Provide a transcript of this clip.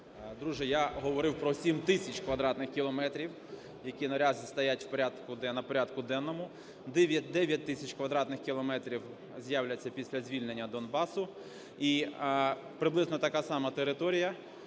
Друже, я говорив про 7 тисяч квадратних кілометрів, які наразі стоять на порядку денному. 9 тисяч квадратних кілометрів з'являться після звільнення Донбасу. І приблизно така сама територія